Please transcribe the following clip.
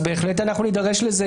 בהחלט נידרש לזה,